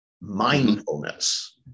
Mindfulness